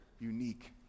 unique